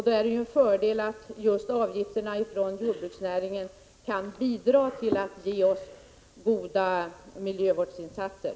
Då är det ju en fördel att just avgifterna från jordbruksnäringen kan bidra till goda miljövårdsinsatser.